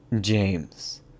james